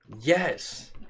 Yes